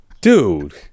Dude